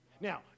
Now